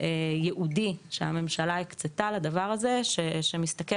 ייעודי שהממשלה הקצתה לדבר הזה שמסתכל